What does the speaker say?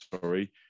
sorry